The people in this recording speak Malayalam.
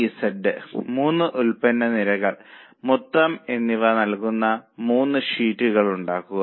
XYZ 3 ഉൽപ്പന്ന നിരകൾ മൊത്തം എന്നിവ നൽകുന്ന മൂന്ന് ഷീറ്റുകൾ ഉണ്ടാക്കുക